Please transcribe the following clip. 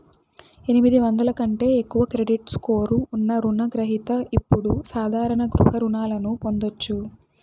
ఎనిమిది వందల కంటే ఎక్కువ క్రెడిట్ స్కోర్ ఉన్న రుణ గ్రహిత ఇప్పుడు సాధారణ గృహ రుణాలను పొందొచ్చు